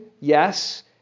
yes